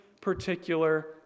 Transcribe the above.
particular